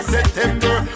September